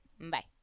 bye